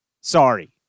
Sorry